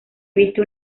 viste